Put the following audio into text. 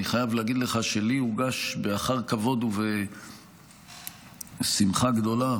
אני חייב להגיד לך שלי הוגש באחר כבוד ובשמחה גדולה